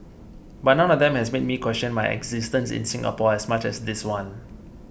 but none of them has made me question my existence in Singapore as much as this one